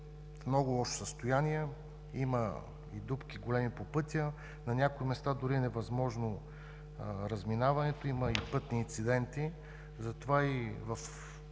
много лошо състояние, има и големи дупки по пътя, на някои места дори е невъзможно разминаването, има и пътни инциденти. Затова и в